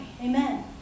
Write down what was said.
Amen